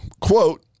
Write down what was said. Quote